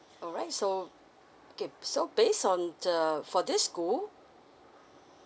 alright so okay so based on the for this school